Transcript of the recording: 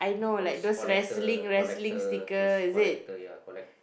those collector collector those collector ya collect